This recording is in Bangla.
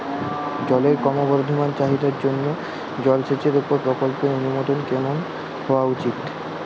জলের ক্রমবর্ধমান চাহিদার জন্য জলসেচের উপর প্রকল্পের অনুমোদন কেমন হওয়া উচিৎ?